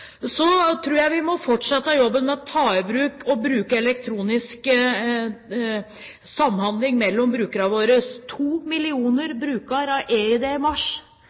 Så tror jeg vi må fortsette jobben med å ta i bruk elektronisk samhandling mellom brukerne våre. To millioner brukere av eID i mars